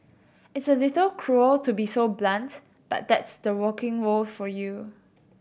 it's a little cruel to be so blunt but that's the working world for you